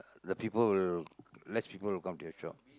the people will less people will come to your shop